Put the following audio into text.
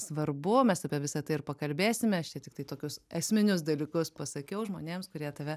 svarbu mes apie visa tai ir pakalbėsime aš čia tiktai tokius esminius dalykus pasakiau žmonėms kurie tave